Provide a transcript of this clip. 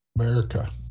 America